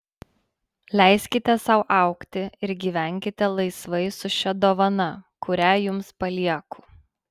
leiskite sau augti ir gyvenkite laisvai su šia dovana kurią jums palieku